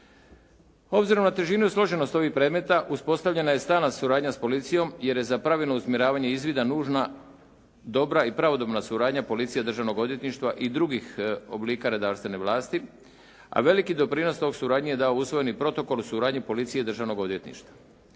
Obzirom na težinu i složenost ovih predmeta uspostavljena je stalna suradnja sa policijom jer je za pravilno usmjeravanje izvida nužna dobra i pravodobna suradnja policije i državnog odvjetništva i drugih oblika redarstvene vlasti, a veliki doprinos toj suradnji je dao usvojeni protokol o suradnji policije i državnog odvjetništva.